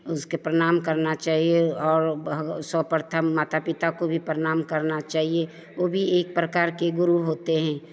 उसके प्रणाम करना चाहिए और बहगाओ सर्व प्रथम माता पिता को भी प्रणाम करना चाहिए वह भी एक प्रकार के गुरु होते हैं